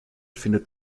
findet